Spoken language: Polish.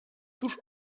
tuż